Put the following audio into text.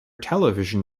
television